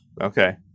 okay